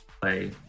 play